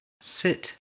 sit